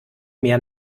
mehr